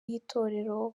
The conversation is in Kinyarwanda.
y’itorero